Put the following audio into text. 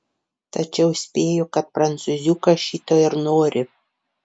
tačiau spėju kad prancūziukas šito ir nori